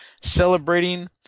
celebrating